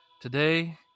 today